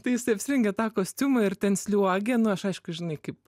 tai jisai apsirengė tą kostiumą ir ten sliuogė nu aš aišku žinai kaip